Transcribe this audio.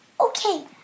okay